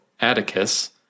Atticus